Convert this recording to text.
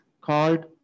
called